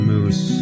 Moose